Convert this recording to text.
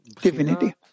divinity